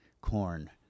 corn